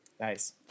Nice